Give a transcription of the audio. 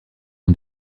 ont